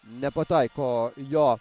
nepataiko jo